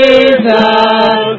Jesus